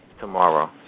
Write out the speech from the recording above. Tomorrow